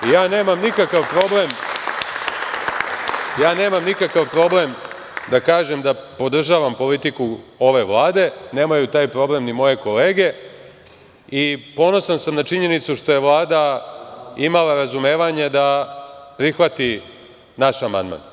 Ja nemam nikakav problem da kažem da podržavam politiku ove Vlade, nemaju taj problem ni moje kolege, i ponosan sam na činjenicu što je Vlada imala razumevanje da prihvati naš amandman.